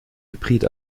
hybrid